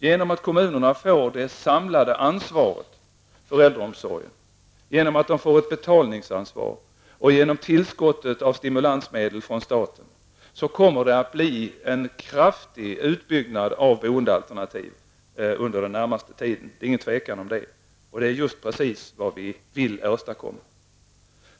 Genom att kommunerna får det samlade ansvaret för äldreomsorgen, betalningsansvar och stimulansmedel från staten kommer det att bli en kraftig utbyggnad av boendealternativ under den närmaste tiden. Det råder inget tvivel om det, och det är precis vad vi vill åstadkomma.